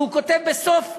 שהוא כותב בסוף דבריו,